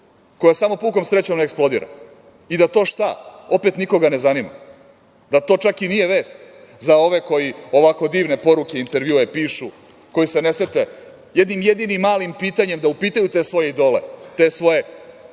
koja samo pukom sreće ne eksplodira i da to šta, opet nikoga ne zanima? Da to čak i nije vest za ove koje ovako divne poruke i intervjue pišu i koji se ne sete jednim jedinim malim pitanjem da upitaju te svoje idole, te svoje